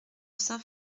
saint